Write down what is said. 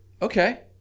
Okay